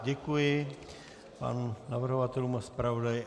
Děkuji pánům navrhovatelům a zpravodaji.